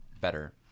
better